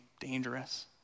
dangerous